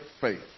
faith